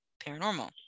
paranormal